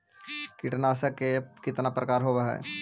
कीटनाशक के कितना प्रकार होव हइ?